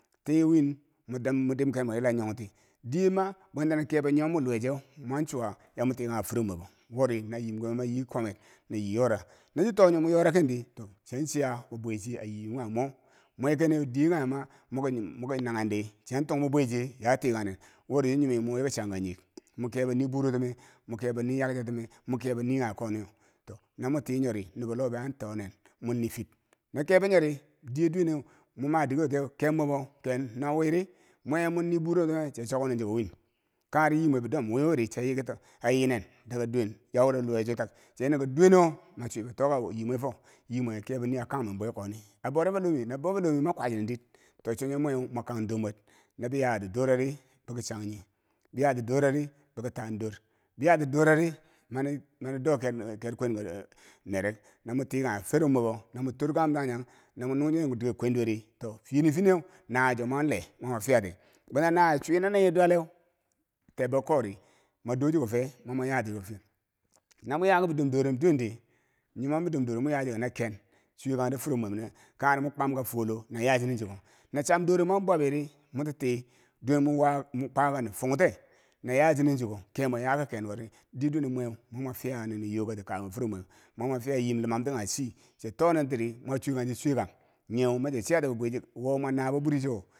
Tii wiin mo dimker mwerori yila nyong ti diye ma bwentano kebo nyomwi luwe cheu mon chuwa yamo ti kanghe furob mwebo wo ri na yimko membo yimku membe yi kwamer, na yiyora no chitonen moyora kendi to chian chiya bi bweche ayim kanghe mo mwe kene diye kanghe ma moke nanghendi chian tung be bweche yana tikan nen wori chin nyomom mo wi ki changka nyiyek mokebo ni burotume mo kebo ni yakchatome mokebo nikaghe koni to no motinyo ri nubo lobe anto nen mon niifit no kebo nyo ri diya duwe neu mo ma dikewoti yeu kebwebo ken no weri mwe mwin nii burotume chi a choknen choko win kanghe ri yimwe bidom wiwiri chiya yiki to, ayi nen daga duwen yau re luwecho tak chia yinen ki duwe neu wo chi- chwibo toka yimwe fo, yimwe kebo nii akang men bwe koni a bore fo lome no bo fo lomere mankwa chinen dir to chonyeu mo kan dormwer no moyati dorari boki chang nyi boyati dora ri boki ta dor mu doker bo yati dora ri mani do ker ker kwenka nere yamo ti kanghe furob mwebo na mo torkaghum danjang namo nung chinen dikar kwenduwerdi to finifiniyeu nawecho mwan le mo mwa fiyati bwena naweye chwinen nyo duwalleu, tebbo ko ri mwa do chuko fe? mo mwa yati chuko fiye. no mo yaki bidom dorem duwen di nyumom bi dom dorembo mo yachike naken chuwekangde bifurob mwebo nyo kangheri mwi kwam ka folo na ya chinen chuko. no cham dorenbo mwon bwabi ri moto tii duwen mo wa mwi kwa ka fungte na ya chinen chuko kemwe ya ki kenko di diye duwene mweu mamo fiya nini yokati kabum bifurob mweb ma mwa fiya yim lumam ti kanghe chii cha to nen tiri mwm chuwe kang chii chuwekang nyeu machi chiya ti bibwe che wo mwa nabo bwiricho.